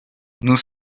nous